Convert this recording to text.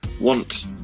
want